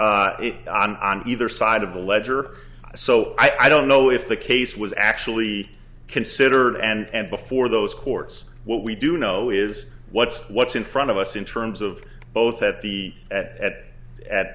up on either side of the ledger so i don't know if the case was actually considered and before those courts what we do know is what's what's in front of us in terms of both at the at at